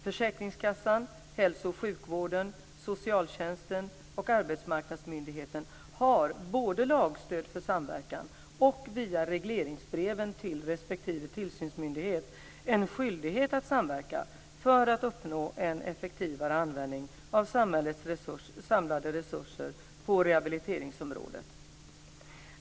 Försäkringskassan, hälso och sjukvården, socialtjänsten och arbetsmarknadsmyndigheten har både lagstöd för samverkan och via regleringsbreven till respektive tillsynsmyndighet en skyldighet att samverka för att uppnå en effektivare användning av samhällets samlade resurser på rehabiliteringsområdet.